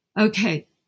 Okay